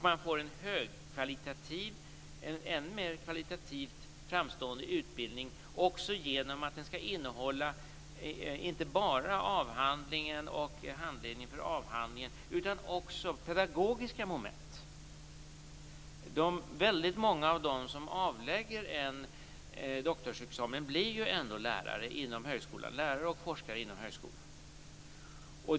Man får en ännu mer högkvalitativ och framstående utbildning också genom att den skall innehålla inte bara avhandlingar och handledning för dessa utan också pedagogiska moment. Väldigt många av dem som avlägger en doktorsexamen blir lärare och forskare inom högskolan.